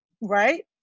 right